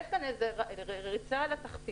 ויש כאן ריצה על התחתית,